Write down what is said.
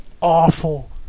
awful